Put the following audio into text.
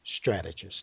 strategist